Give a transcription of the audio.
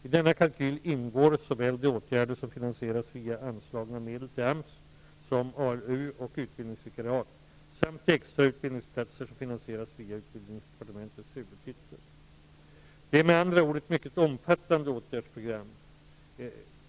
I denna kalkyl ingår såväl de åtgärder som finansieras via anslagna medel till AMS som ALU och utbildningsvikariat samt de extra utbildningsplatser som finansieras via Det är med andra ord ett mycket omfattande åtgärdsprogram.